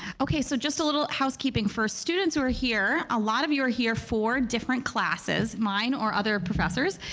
okay so just a little housekeeping. for students who are here, a lot of you are here for different classes, mine or other professors,